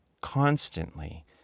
constantly